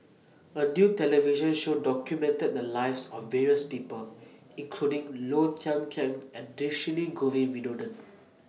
A New television Show documented The Lives of various People including Low Thia Khiang and Dhershini Govin Winodan